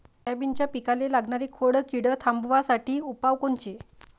सोयाबीनच्या पिकाले लागनारी खोड किड थांबवासाठी उपाय कोनचे?